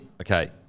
okay